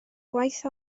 gwaith